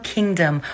Kingdom